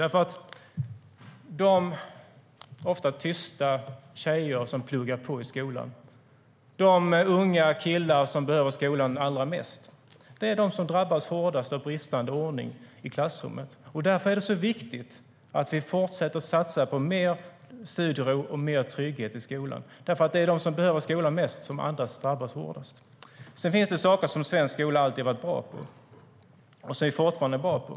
De ofta tysta tjejer som pluggar på i skolan och de unga killar som behöver skolan allra mest är de som drabbas hårdast av bristande ordning i klassrummet. Därför är det så viktigt att vi fortsätter att satsa på mer studiero och trygghet i skolan. Det är de som behöver skolan mest som annars drabbas hårdast. Det finns saker som svensk skola alltid har varit bra på och fortfarande är bra på.